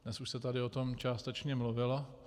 Dnes už se tady o tom částečně mluvilo.